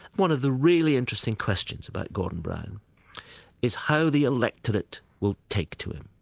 one of the really interesting questions about gordon brown is how the electorate will take to him.